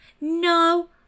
No